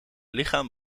lichaam